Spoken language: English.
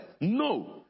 No